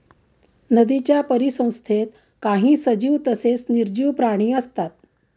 नदीच्या परिसंस्थेत काही सजीव तसेच निर्जीव प्राणी असतात